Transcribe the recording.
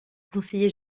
conseiller